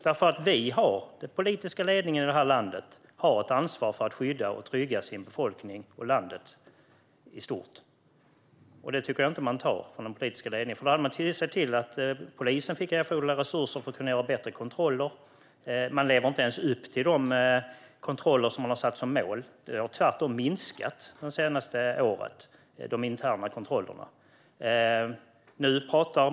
Den politiska ledningen i det här landet har nämligen ett ansvar för att skydda och trygga sin befolkning och landet i stort. Det ansvaret tycker jag inte att den politiska ledningen tar, för då hade man sett till att polisen fick erforderliga resurser för att kunna göra bättre kontroller. Man lever inte ens upp till de kontroller som man har satt som mål. De interna kontrollerna har tvärtom minskat det senaste året.